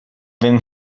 then